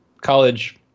college